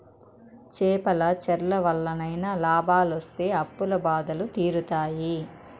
చేపల చెర్ల వల్లనైనా లాభాలొస్తి అప్పుల బాధలు తీరుతాయి